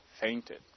fainted